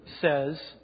says